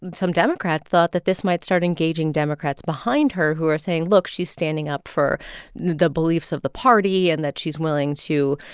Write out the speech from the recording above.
and some democrats thought that this might start engaging democrats behind her who are saying, look, she's standing up for the beliefs of the party and that she's willing to,